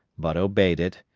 but obeyed it,